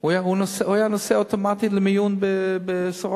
שובר יד, הוא היה נוסע אוטומטית למיון ב"סורוקה".